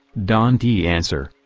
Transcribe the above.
don t answer,